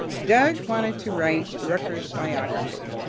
doug wanted to write rucker's biography.